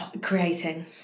Creating